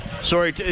Sorry